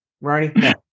Ronnie